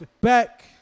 Back